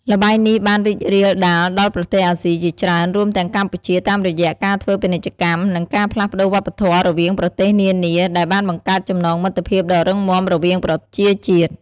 ល្បែងនេះបានរីករាលដាលដល់ប្រទេសអាស៊ីជាច្រើន រួមទាំងកម្ពុជា តាមរយៈការធ្វើពាណិជ្ជកម្ម និងការផ្លាស់ប្តូរវប្បធម៌រវាងប្រទេសនានា ដែលបានបង្កើតចំណងមិត្តភាពដ៏រឹងមាំរវាងប្រជាជាតិ។